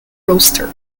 roster